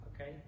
Okay